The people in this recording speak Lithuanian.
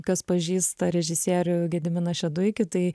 kas pažįsta režisierių gediminą šeduikį tai